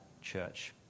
church